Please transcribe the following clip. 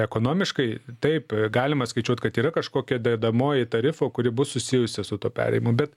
ekonomiškai taip galima skaičiuot kad yra kažkokia dedamoji tarifo kuri bus susijusi su tuo perėjimu bet